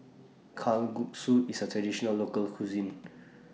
Kalguksu IS A Traditional Local Cuisine